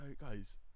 guys